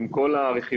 עם כל הרכיבים,